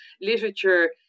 literature